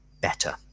better